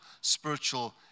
spiritual